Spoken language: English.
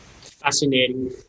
Fascinating